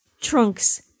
Trunks